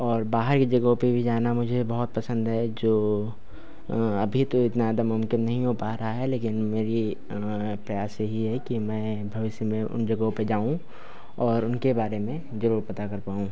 और बाहर की जगहों पे भी जाना मुझे बहुत पसंद है जो अभी तो इतना ज़्यादा मुमकिन नहीं हो पा रहा है लेकिन मेरी पैसे ही है कि मैं भविष्य में उन जगहों पे जाऊं और उनके बारे में जरूर पता करूं